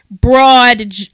broad